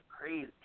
Crazy